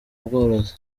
ubworozi